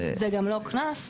זה גם לא קנס.